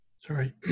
Sorry